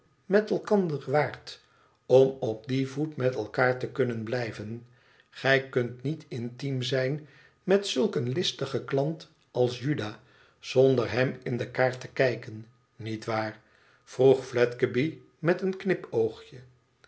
met elkander waart om op dien voet met elkaar te kunnen blijven gij kunt niet intiem zijn met zulk een listigen klant als juda zonder hem in de kaart te kijken niet waar vroeg fledgeby met een knipoogje